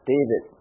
David